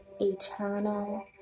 eternal